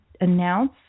announce